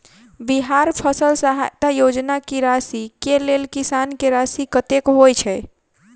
बिहार फसल सहायता योजना की राशि केँ लेल किसान की राशि कतेक होए छै?